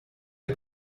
der